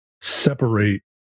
separate